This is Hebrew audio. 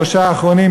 שלושה האחרונים,